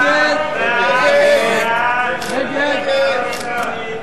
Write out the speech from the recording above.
סעיף 8, כהצעת הוועדה,